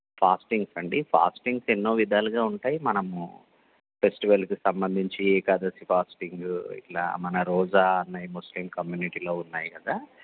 fastings అండి fastings ఎన్నో విధాలుగా ఉంటాయి మనము ఫెస్టివల్కి సంబంధించి ఏకాదశి ఫాస్టింగు ఇట్లా మన రోజా అన్నవి ముస్లిం కమ్యూనిటీలో ఉన్నాయి కదా